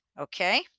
Okay